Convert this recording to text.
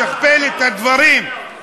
אשכפל את הדברים,